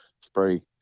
spray